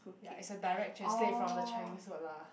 ya is a direct translate from the chinese word lah